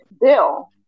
Bill